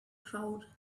crowd